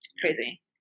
crazy